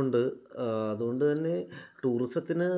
ഉണ്ട് അതുകൊണ്ടുതന്നെ ടൂറിസത്തിന്